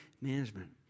management